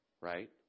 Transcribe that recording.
right